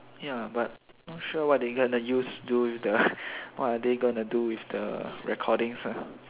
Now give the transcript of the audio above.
ya but not sure what they going to use do with the what are they going to do with the recordings ah